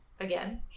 again